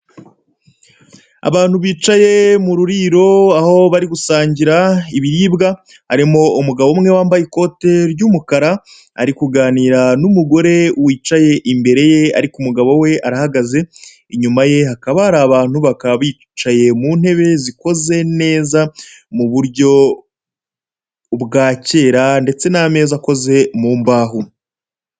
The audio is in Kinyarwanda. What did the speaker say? Abantu bicaye mu ruriro aho bari gusangira ibiribwa, harimo umugabo umwe wambaye ikoti ry'umukara, ari kuganira n'umugore wicaye imbere ye ariko umugabo we arahagaze, inyuma ye hakaba hari abantu, bakaba bicaye mu ntebe zikoze neza mu buryo bwa kera ndetse n'ameza akoze mu mbaho.